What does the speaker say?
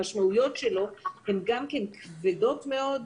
שהמשמעויות של הסגר הן גם כן כבדות מאוד,